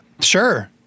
Sure